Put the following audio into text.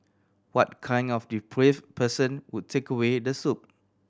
what kind of depraved person would take away the soup